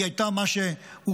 היא הייתה מה שהוגדר,